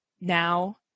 now